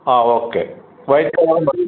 ആ okay white colour മതി